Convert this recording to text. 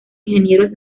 ingenieros